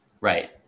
Right